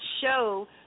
show